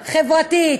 חברתית,